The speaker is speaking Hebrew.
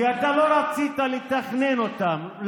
כי אתה לא רצית לתכנן אותם.